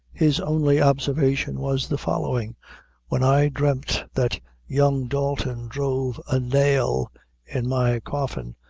his only observation was the following when i dreamt that young dalton drove a nail in my coffin,